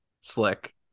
Slick